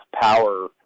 power